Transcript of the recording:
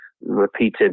repeated